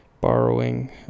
Borrowing